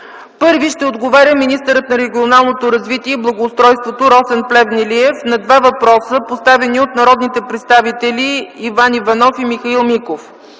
Първи ще отговаря министърът на регионалното развитие и благоустройството Росен Плевнелиев на два въпроса, поставени от народните представители Иван Иванов и Михаил Миков.